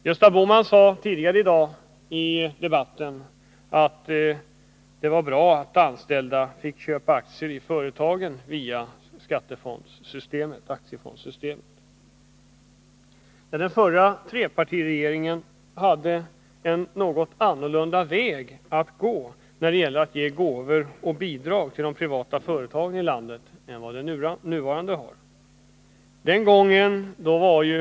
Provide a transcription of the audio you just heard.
Gösta Bohman sade tidigare i dagens debatt att det var bra att anställda fick köpa aktier i företagen via aktiesparfondssystemet. När det gällde att ge gåvor och bidrag till de privata företagen i landet gick den förra trepartiregeringen en något annorlunda väg än den nuvarande.